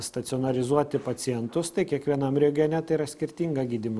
stacionarizuoti pacientus tai kiekvienam regione tai yra skirtinga gydymo